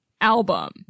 album